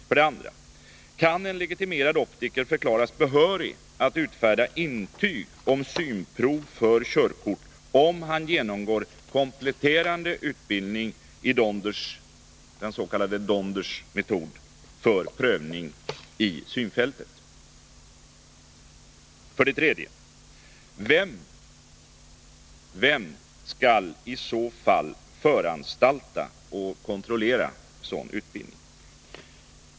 För det andra: Kan en legitimerad optiker förklaras behörig att utfärda intyg om synprov för körkort, om han genomgår kompletterande utbildning i Donders metod för prövning i synfältet? För det tredje: Vem skall i så fall föranstalta och kontrollera sådan utbildning?